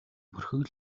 бүрхэг